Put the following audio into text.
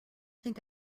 think